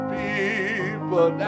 people